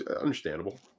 Understandable